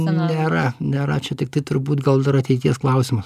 nėra nėra čia tiktai turbūt gal dar ateities klausimas